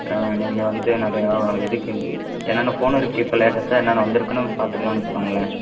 ஆ நீங்கள் வந்துட்டு நிறையா இதுக்கு என்னென்ன ஃபோனு இருக்குது இப்போ லேட்டஸ்ட்டாக என்னென்ன வந்திருக்குன்னு பார்த்துக்கலான்னு வச்சுக்கோங்களேன்